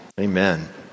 Amen